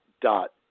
dot